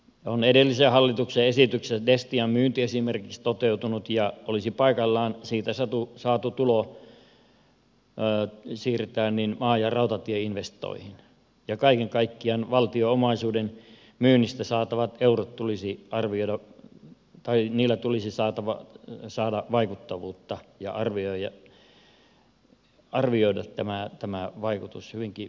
on edellisen hallituksen esityksestä esimerkiksi destian myynti toteutunut ja olisi paikallaan siitä saatu tulo siirtää maa ja rautatieinvestointeihin ja kaiken kaikkiaan valtion omaisuuden myynnistä saatavilla euroilla tulisi arvioida taimenille olisi saatava ja saada vaikuttavuutta ja arvioida tämä vaikutus hyvinkin merkittävästi